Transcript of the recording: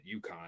UConn